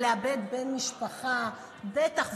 (איסור פיטורים של בן משפחה בשנת השכול הראשונה).